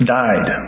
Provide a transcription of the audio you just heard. died